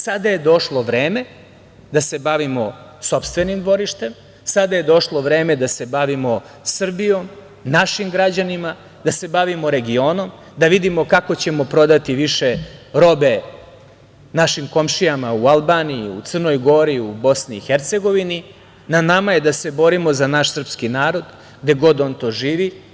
Sada je došlo vreme da se bavimo sopstvenim dvorištem, sada je došlo vreme da se bavimo Srbijom, našim građanima, da se bavimo regionom, da vidimo kako ćemo prodati više robe našim komšijama u Albaniji, u Crnoj Gori, u BiH, na nama je da se borimo za naš srpski narod, gde god on to živi.